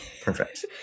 perfect